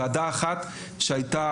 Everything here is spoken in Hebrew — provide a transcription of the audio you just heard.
ועדה אחת שהייתה,